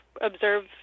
observe